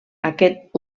aquest